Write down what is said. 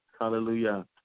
Hallelujah